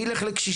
מי ילך לקשישים,